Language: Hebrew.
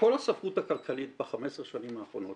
רוב הספרות הכלכלית העולמית ב-15 שנים האחרונות